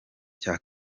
cya